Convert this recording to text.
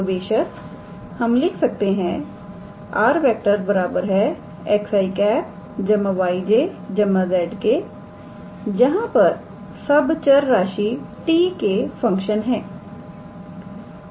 तो बेशक हम लिख सकते हैं 𝑟⃗ 𝑥𝑖̂ 𝑦𝑗̂ 𝑧𝑘̂ जहां पर यह सब चरराशि t के फंक्शन हैं